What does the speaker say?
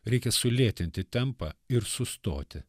reikia sulėtinti tempą ir sustoti